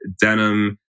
denim